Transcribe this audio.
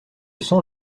sens